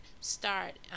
start